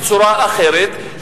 בצורה אחרת,